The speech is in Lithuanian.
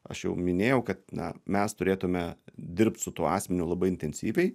aš jau minėjau kad na mes turėtume dirbt su tuo asmeniu labai intensyviai